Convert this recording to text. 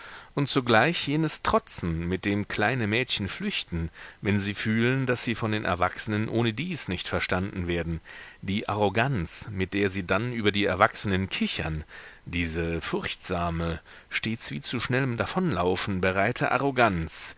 und zugleich jenes trotzen mit dem kleine mädchen flüchten wenn sie fühlen daß sie von den erwachsenen ohnedies nicht verstanden werden die arroganz mit der sie dann über die erwachsenen kichern diese furchtsame stets wie zu schnellem davonlaufen bereite arroganz